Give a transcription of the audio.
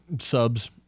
subs